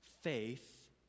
faith